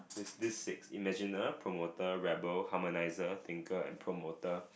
there's this six imagine uh promoter rebel harmonizer thinker and promoter